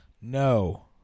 No